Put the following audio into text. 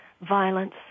violence